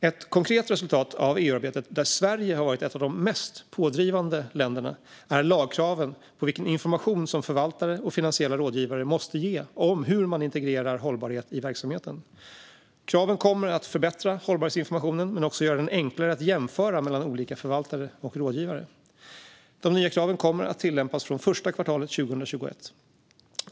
Ett konkret resultat av EU-arbetet, där Sverige varit ett av de mest pådrivande länderna, är lagkraven på vilken information som förvaltare och finansiella rådgivare måste ge om hur man integrerar hållbarhet i verksamheten. Kraven kommer att förbättra hållbarhetsinformationen men också göra den enklare att jämföra mellan olika förvaltare och rådgivare. De nya kraven kommer att tillämpas från första kvartalet 2021.